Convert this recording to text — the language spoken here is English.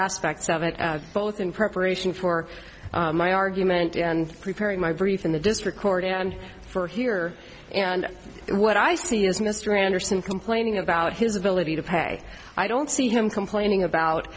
aspects of it both in preparation for my argument and preparing my brief in the district court and for here and what i see is mr anderson complaining about his ability to pay i don't see him complaining about